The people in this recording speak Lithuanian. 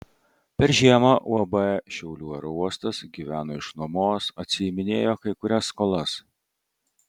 per žiemą uab šiaulių aerouostas gyveno iš nuomos atsiiminėjo kai kurias skolas